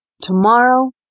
Tomorrow